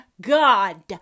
God